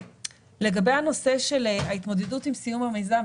לגבי הנושא של ההתמודדות עם סיום המיזם,